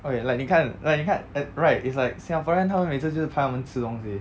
okay like 你看 like 你看 right it's like singaporean 他们每次就是拍他们吃东西